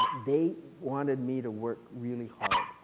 they wanted me to work really hard.